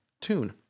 tune